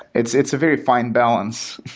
it's it's a very fine balance.